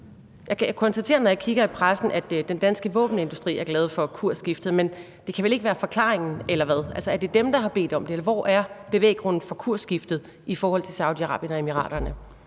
jeg kigger i pressen, at den danske våbenindustri er glad for kursskiftet, men det kan vel ikke være forklaringen, eller hvad? Altså, er det dem, der har bedt om det, eller hvad er bevæggrunden for kursskiftet i forhold til Saudi-Arabien og Emiraterne?